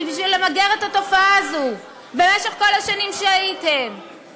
למגר את התופעה הזאת במשך כל השנים שהייתם כאן?